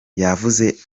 yavuze